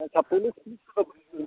ᱟᱪᱪᱷᱟ ᱯᱩᱞᱤᱥ